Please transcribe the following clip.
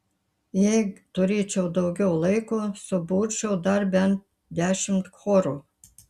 jei turėčiau daugiau laiko suburčiau dar bent dešimt chorų